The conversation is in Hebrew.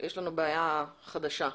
יש לנו בעיה חדשה.